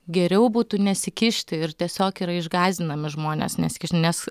geriau būtų nesikišti ir tiesiog yra išgąsdinami žmonės nesikišti nes